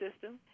system